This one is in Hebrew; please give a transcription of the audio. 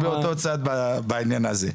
באותו צד בעניין הזה.